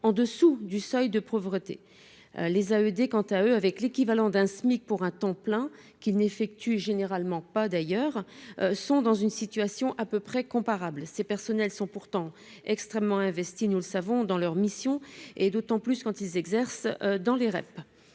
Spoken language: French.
en dessous du seuil de pauvreté les à ED, quant à eux, avec l'équivalent d'un SMIC pour un temps plein qui n'effectuent généralement pas d'ailleurs, sont dans une situation à peu près comparables, ces personnels sont pourtant extrêmement investi, nous le savons dans leur mission est d'autant plus quand ils exercent dans les REP